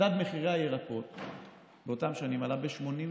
מדד מחירי הירקות באותן שנים עלה ב-81%.